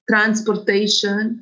Transportation